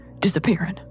disappearing